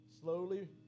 Slowly